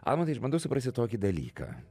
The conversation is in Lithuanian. almantai aš bandau suprasti tokį dalyką